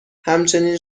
همچنین